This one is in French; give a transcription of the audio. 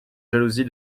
jalousie